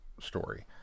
story